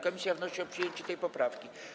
Komisja wnosi o przyjęcie tej poprawki.